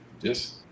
Yes